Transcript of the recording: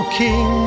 king